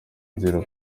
nziza